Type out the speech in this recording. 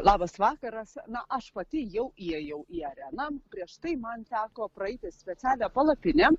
labas vakaras na aš pati jau įėjau į areną prieš tai man teko praeiti specialią palapinę